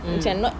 mm